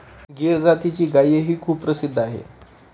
गीर जातीची गायही खूप प्रसिद्ध आहे